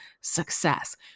success